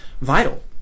vital